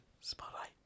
Spotlight